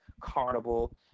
carnival